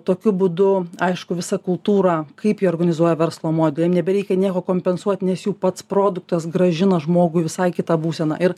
tokiu būdu aišku visa kultūra kaip jie organizuoja verslo modelį nebereikia nieko kompensuoti nes juk pats produktas grąžina žmogui visai kitą būseną ir